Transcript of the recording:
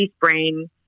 brain